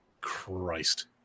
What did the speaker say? Christ